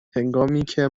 هنگامیکه